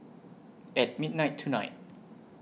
At midnight tonight